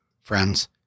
friends